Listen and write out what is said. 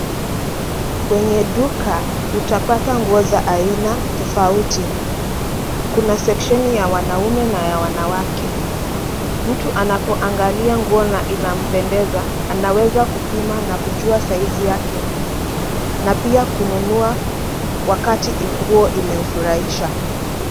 Kwenye duka utapata nguo za aina tofauti, kuna seksheni ya wanaume na wanawake. Mtu anapo angalia nguo na inapendeza anaweza kupima na kujua saizi yake na pia kununua wakati nguo imemfurahisha.